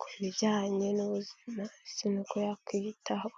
ku bijyanye n'ubuzima ndetse n'uko yakwiyitaho.